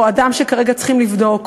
או אדם שכרגע צריכים לבדוק.